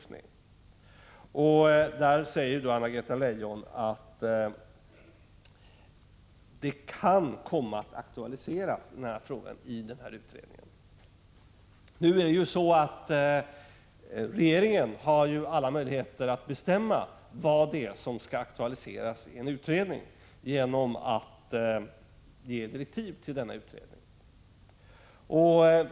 Där säger Anna Greta Leijon att frågan kan komma att aktualiseras i utredningen. Regeringen har ju alla möjligheter att bestämma vad det är som skall aktualiseras i en utredning genom att ge direktiv till utredningen.